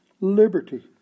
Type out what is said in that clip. liberty